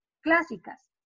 clásicas